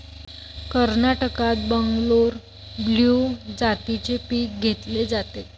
कर्नाटकात बंगलोर ब्लू जातीचे पीक घेतले जाते